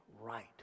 right